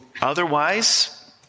Otherwise